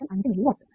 5 milli watts